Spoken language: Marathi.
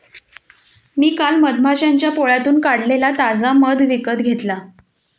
मी काल मधमाश्यांच्या पोळ्यातून काढलेला ताजा मध विकत घेतला